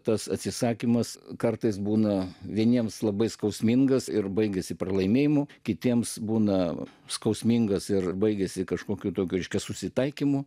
tas atsisakymas kartais būna vieniems labai skausmingas ir baigėsi pralaimėjimu kitiems būna skausmingas ir baigėsi kažkokiu tokiu aiškiu susitaikymu